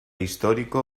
histórico